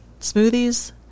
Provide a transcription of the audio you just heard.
smoothies